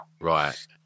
Right